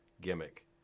gimmick